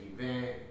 event